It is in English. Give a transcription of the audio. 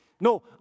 No